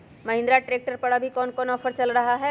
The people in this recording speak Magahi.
महिंद्रा ट्रैक्टर पर अभी कोन ऑफर चल रहा है?